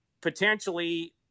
potentially